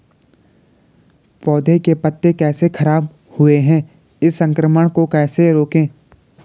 पौधों के पत्ते कैसे खराब हुए हैं इस संक्रमण को कैसे रोकें?